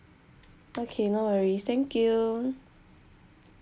okay no worries thank you